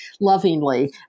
lovingly